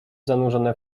zanurzone